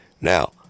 Now